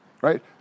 right